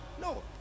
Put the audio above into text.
No